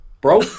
bro